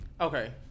okay